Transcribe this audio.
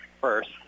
First